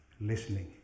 listening